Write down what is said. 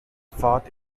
fought